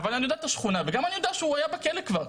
אבל אני יודע את השכונה וגם אני יודע שהוא היה בכלא כבר,